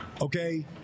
okay